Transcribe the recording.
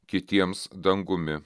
kitiems dangumi